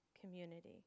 community